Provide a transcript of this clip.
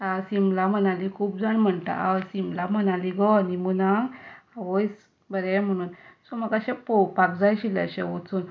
शिमला मनाली खूब जाण म्हणटात आ शिमला मनाली गो हनीमुनाक आवय बरें म्हणून सो म्हाका पळोवपाक जाय आशिल्लें अशें वचून